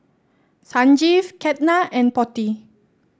Sanjeev Ketna and Potti